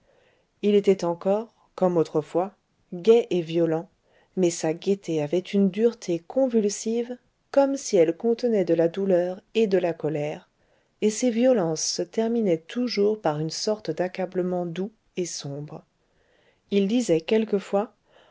il était encore comme autrefois gai et violent mais sa gaîté avait une dureté convulsive comme si elle contenait de la douleur et de la colère et ses violences se terminaient toujours par une sorte d'accablement doux et sombre il disait quelquefois